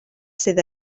sydd